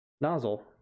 nozzle